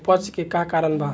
अपच के का कारण बा?